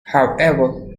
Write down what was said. however